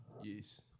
Yes